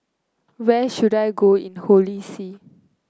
where should I go in Holy See